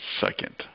second